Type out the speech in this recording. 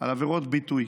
על עבירות ביטוי.